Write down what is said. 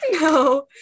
no